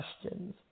questions